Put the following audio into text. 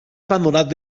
abandonat